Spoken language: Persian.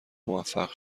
موفق